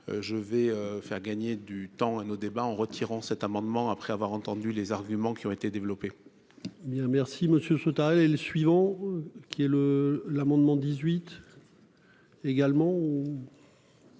Je vais faire gagner du temps à nos débats en retirant cet amendement après avoir entendu les arguments qui ont été développés. Bien merci Monsieur ce est le suivant, qui est le l'amendement 18. Également